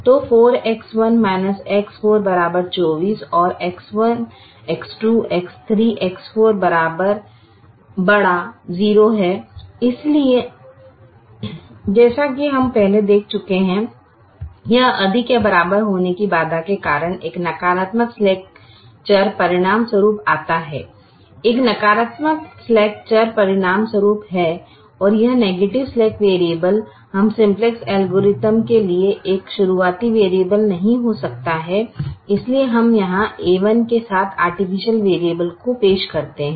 तो 4X1 X4 24 और X1 X2 X3 X4 ≥ 0 इसलिए जैसा कि हम पहले देख चुके हैं यह अधिक या बराबर होने की बाधा के कारण एक नकारात्मक स्लैक चर परिणामस्वरूप आता है एक नकारात्मक स्लैक चर परिणामस्वरूप है और यह नेगेटिव स्लैक वेरिएबल इस सिम्पलेक्स एल्गोरिथ्म के लिए एक शुरुआती वैरिएबल नहीं हो सकता है इसलिए हम यहाँ a1 के साथ आर्टिफिशियल वेरिएबल को पेश करते हैं